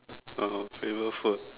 uh favourite food